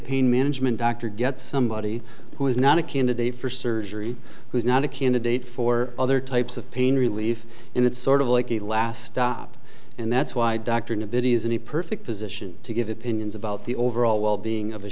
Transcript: pain management doctor get somebody who is not a candidate for surgery who's not a candidate for other types of pain relief and it's sort of like the last stop and that's why dr knabb it isn't a perfect position to give opinions about the overall wellbeing of a